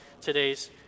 today's